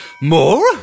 More